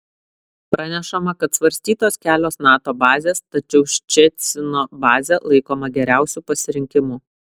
pranešama kad svarstytos kelios nato bazės tačiau ščecino bazė laikoma geriausiu pasirinkimu